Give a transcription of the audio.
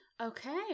Okay